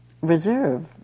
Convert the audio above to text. reserve